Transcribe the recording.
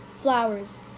flowers